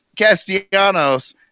Castellanos